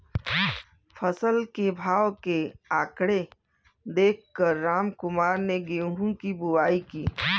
फसल के भाव के आंकड़े देख कर रामकुमार ने गेहूं की बुवाई की